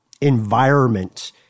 environment